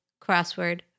crossword